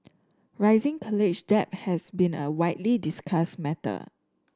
rising college debt has been a widely discussed matter